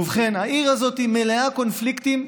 ובכן, העיר הזאת מלאה קונפליקטים.